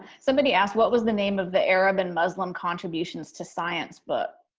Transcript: somebody asked what was the name of the arab and muslim contributions to science book?